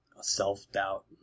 self-doubt